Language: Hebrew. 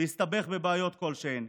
ויסתבך בבעיות כלשהן.